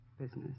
business